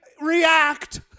React